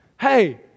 Hey